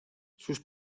sus